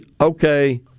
okay